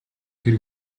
тэр